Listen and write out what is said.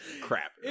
crap